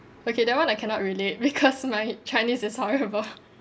okay that one I cannot relate because my chinese is horrible